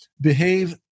behave